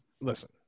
listen